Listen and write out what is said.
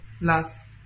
Love